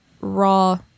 raw